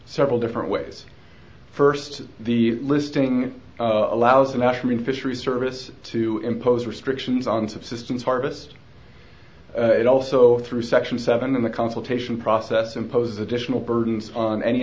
several different ways first the listing allows a national fisheries service to impose restrictions on subsistence harvest it also through section seven in the consultation process impose additional burdens on any